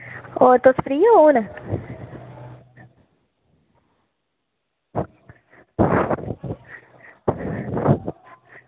और तुस फ्री ओ हू'न